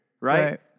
right